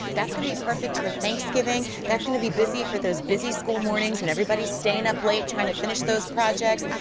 that's going to be perfect for thanksgiving. that's going to be busy for those busy school mornings, but everybody staying up late, trying to finish those projects.